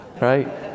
right